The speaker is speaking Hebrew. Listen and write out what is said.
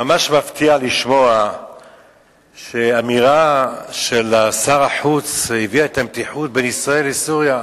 ממש מפתיע לשמוע שאמירה של שר החוץ הביאה את המתיחות בין ישראל לסוריה.